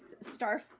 Star